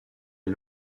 est